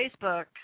Facebook